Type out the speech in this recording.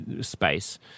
space